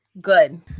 Good